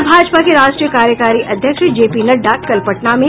और भाजपा के राष्ट्रीय कार्यकारी अध्यक्ष जेपी नड्डा कल पटना में